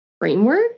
framework